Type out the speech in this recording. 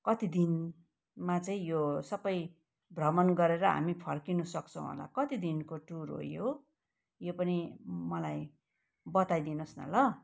कति दिनमा चाहिँ यो सबै भ्रमण गरेर हामी फर्किनु सक्छौँ होला कति दिनको टुर हो यो यो पनि मलाई बताइदिनुहोस् न ल